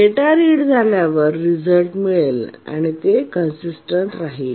data read झाल्यावर result मिळेल आणि ते कंसिस्टन्ट राहील